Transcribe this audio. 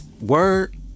Word